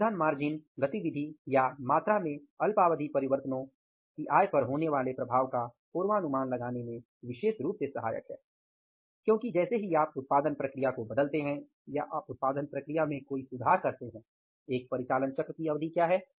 अंशदान मार्जिन गतिविधि या मात्रा में अल्पावधि परिवर्तनों की आय पर होने वाले प्रभाव का पूर्वानुमान लगाने में विशेष रूप से सहायक है क्योंकि जैसे ही आप उत्पादन प्रक्रिया को बदलते हैं या आप उत्पादन प्रक्रिया में कोई सुधार करते हैं एक परिचालन चक्र की अवधि क्या है